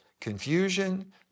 confusion